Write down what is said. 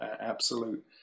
absolute